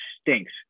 stinks